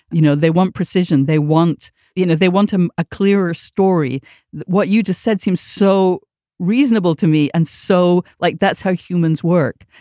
you know, they weren't precision. they want you know, they want a ah clearer story than what you just said seems so reasonable to me. and so like that's how humans work.